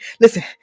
listen